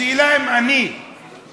השאלה אם אני הגעתי,